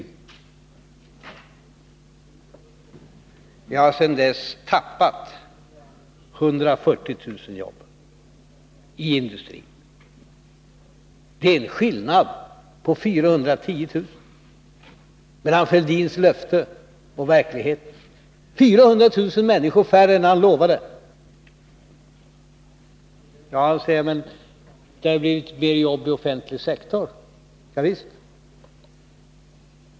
Vi har sedan dessa löften gavs tappat 140 000 jobb i industrin. Det är en skillnad på 410 000 mellan det som angavs i Thorbjörn Fälldins löften och det som gäller i verkligheten. 400 000 människor färre i arbete än vad han lovade. Thorbjörn Fälldin säger att det har blivit jobb i den offentliga sektorn.